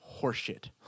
horseshit